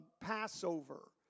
Passover